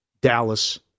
Dallas